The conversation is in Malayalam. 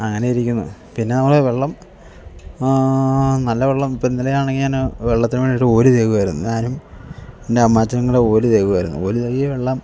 അങ്ങനെ ഇരിക്കുന്നു പിന്നെ നമ്മൾ വെള്ളം നല്ല വെള്ളം ഇപ്പം ഇന്നലെ ആണെങ്കിൽ ഞാൻ വെള്ളത്തിന് വേണ്ടിയിട്ട് ഓരി തേകുവായിരുന്നു ഞാനും എൻ്റെ അമ്മാഛനും കൂടെ ഓര് തേകുവായിരുന്നു ഓരി തേകിയ വെള്ളം